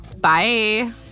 bye